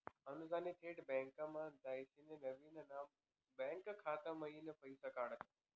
अनुजनी थेट बँकमा जायसीन नवीन ना बँक खाता मयीन पैसा काढात